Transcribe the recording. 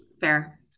fair